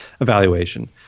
evaluation